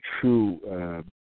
true